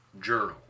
journal